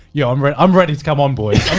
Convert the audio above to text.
yo, i'm ready i'm ready to come on boy,